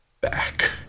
back